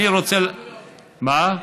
מה?